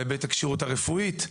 בהיבט הכשירות הרפואית,